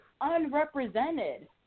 unrepresented